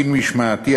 דין משמעתי,